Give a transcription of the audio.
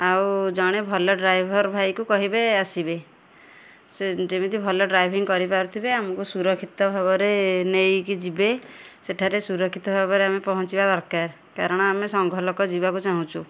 ଆଉ ଜଣେ ଭଲ ଡ୍ରାଇଭର୍ ଭାଇକୁ କହିବେ ଆସିବେ ସେ ଯେମିତି ଭଲ ଡ୍ରାଇଭିଙ୍ଗ୍ କରିପାରୁଥିବେ ଆମକୁ ସୁରକ୍ଷିତ ଭାବରେ ନେଇକି ଯିବେ ସେଠାରେ ସୁରକ୍ଷିତ ଭାବରେ ଆମେ ପହଁଚିବା ଦରକାର କାରଣ ଆମେ ସଂଘ ଲୋକ ଯିବାକୁ ଚାହୁଁଛୁ